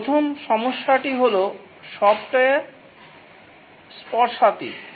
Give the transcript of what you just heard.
প্রথম সমস্যাটি হল সফ্টওয়্যার স্পর্শাতীত